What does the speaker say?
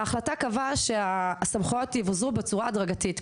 ההחלטה קבעה שהסמכויות יבוזרו בצורה הדרגתית,